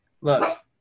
Look